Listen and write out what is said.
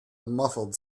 muffled